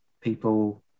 people